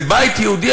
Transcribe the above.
זה בית יהודי.